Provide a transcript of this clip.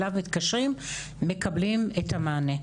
אליו מתקשרים ומקבלים את המענה.